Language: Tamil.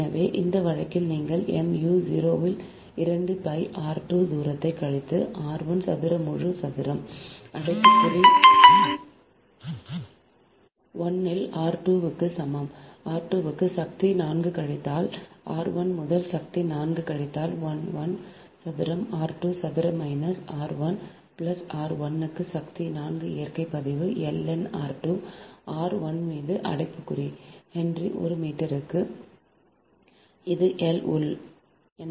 எனவே இந்த வழக்கில் நீங்கள் mu 0 இல் 2 pi r 2 சதுர கழித்து r 1 சதுர முழு சதுரம் அடைப்புக்குறி 1 இல் 4 r 2 க்கு சக்தி 4 கழித்தல் r 1 முதல் சக்தி 4 கழித்தல் 1 1 சதுரம் r 2 சதுர மைனஸ் r 1 சதுரம் பிளஸ் ஆர் 1 க்கு சக்தி 4 இயற்கை பதிவு L n r 2 ஆர் 1 மீது அடைப்புக்குறி ஹென்றி ஒரு மீட்டருக்கு இது உள் L